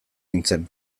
nintzen